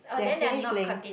they have finish playing